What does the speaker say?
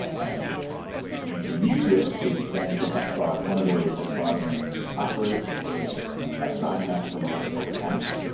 and you can use this to then detect fraud. one of the ways that fraud rings operate is by signing up for multiple accounts.